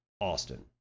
Austin